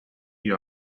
you